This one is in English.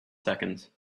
seconds